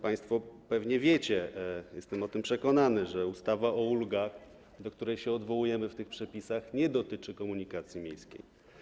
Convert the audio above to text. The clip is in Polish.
Państwo pewnie wiecie, jestem o tym przekonany, że ustawa o ulgach, do której się odwołujemy w tych przepisach, nie dotyczy komunikacji miejskiej.